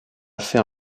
fait